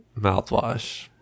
mouthwash